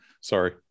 Sorry